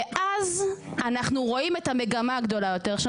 ואז אנחנו רואים את המגמה הגדולה יותר.